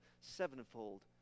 sevenfold